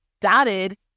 dotted